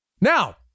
Now